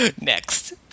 Next